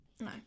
no